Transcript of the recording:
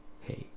hey